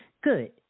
Good